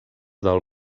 del